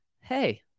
hey